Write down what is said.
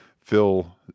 Phil